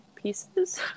pieces